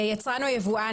(א) יצרן או יבואן,